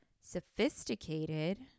sophisticated